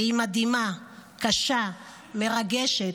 והיא מדהימה, קשה, מרגשת,